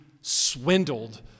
swindled